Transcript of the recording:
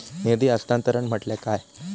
निधी हस्तांतरण म्हटल्या काय?